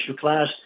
class